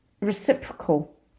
reciprocal